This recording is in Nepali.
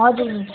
हजुर